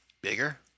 bigger